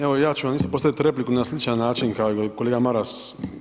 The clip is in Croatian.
Evo ja ću vam isto postaviti repliku na sličan način kao i kolega Maras.